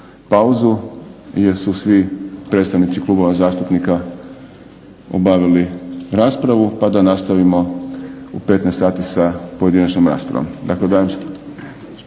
pa da nastavimo u 15,00 sati sa pojedinačnom raspravom. Dakle, dajem